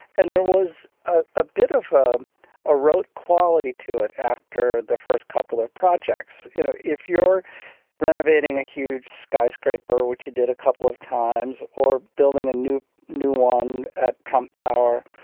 and there was a a bit of um a rote quality to it after the first couple of projects. you know, if you're renovating a huge skyscraper, which he did a couple of times, or building a new new one at trump tower,